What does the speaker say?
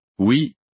Oui